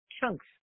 chunks